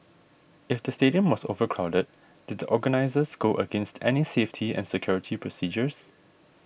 if the stadium was overcrowded did the organisers go against any safety and security procedures